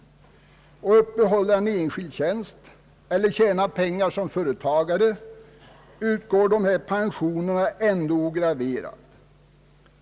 Även till den som har en enskild tjänst eller tjänar pengar som företagare utgår denna pension ograverad.